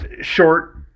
short